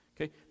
Okay